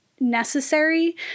necessary